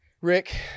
Rick